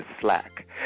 slack